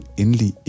endelig